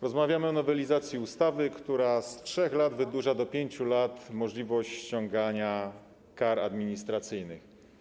Rozmawiamy o nowelizacji ustawy, która z 3 lat wydłuża do 5 lat możliwość ściągania kar administracyjnych.